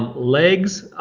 um legs,